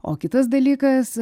o kitas dalykas